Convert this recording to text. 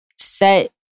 Set